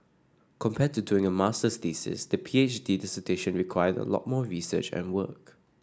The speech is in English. compared to doing a masters thesis the P H D dissertation required a lot more research and work